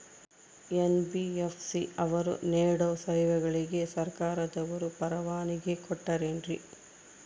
NBFC ಅವರು ನೇಡೋ ಸೇವೆಗಳಿಗೆ ಸರ್ಕಾರದವರು ಪರವಾನಗಿ ಕೊಟ್ಟಾರೇನ್ರಿ?